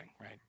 right